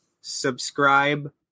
subscribe